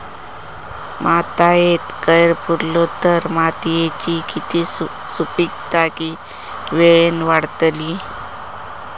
मातयेत कैर पुरलो तर मातयेची सुपीकता की वेळेन वाडतली?